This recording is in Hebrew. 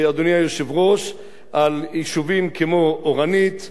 על יישובים כמו אורנית, אלפי-מנשה, אלקנה,